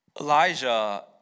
Elijah